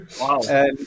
Wow